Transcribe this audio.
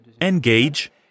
Engage